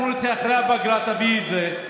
אנחנו נדחה, אחרי הפגרה תביא את זה.